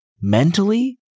mentally